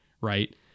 right